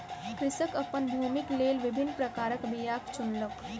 कृषक अपन भूमिक लेल विभिन्न प्रकारक बीयाक चुनलक